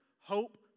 hope